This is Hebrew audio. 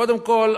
קודם כול,